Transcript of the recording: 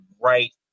right